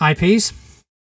IPs